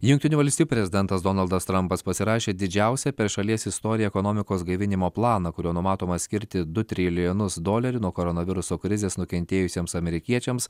jungtinių valstijų prezidentas donaldas trampas pasirašė didžiausią per šalies istoriją ekonomikos gaivinimo planą kuriuo numatoma skirti du trilijonus dolerių nuo koronaviruso krizės nukentėjusiems amerikiečiams